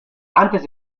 antes